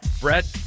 Brett